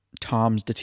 Tom's